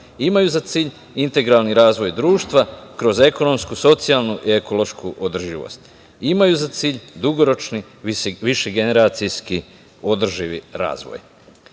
imaju za cilj integralni razvoj društva kroz ekonomsku, socijalnu i ekološku održivost. Imaju za cilj dugoročni više generacijski održivi